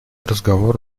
разговор